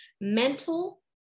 mental